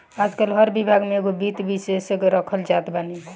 आजकाल हर विभाग में एगो वित्त विशेषज्ञ रखल जात बाने